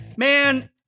Man